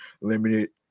Limited